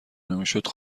نمیشدو